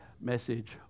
message